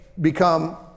become